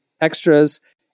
extras